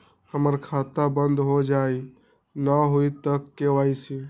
हमर खाता बंद होजाई न हुई त के.वाई.सी?